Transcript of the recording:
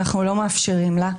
אנחנו לא מאפשרים לה?